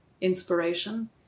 inspiration